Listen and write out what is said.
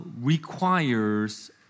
requires